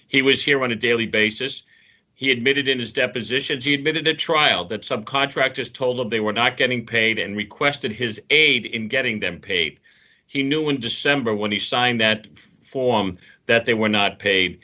he was here on a daily basis he admitted in his depositions he admitted to trial that some contractors told him they were not getting paid and requested his aid in getting them paid he knew in december when he signed that form that they were not paid